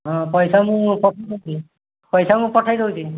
ହଁ ପଇସା ମୁଁ ପଠାଇ ଦେଉଛି ପଇସା ମୁଁ ପଠାଇ ଦେଉଛି